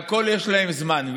יש להם זמן לכול.